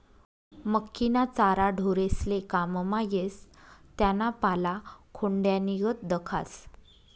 मक्कीना चारा ढोरेस्ले काममा येस त्याना पाला खोंड्यानीगत दखास